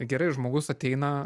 tai gerai žmogus ateina